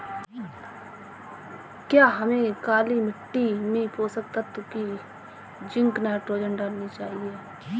क्या हमें काली मिट्टी में पोषक तत्व की जिंक नाइट्रोजन डालनी चाहिए?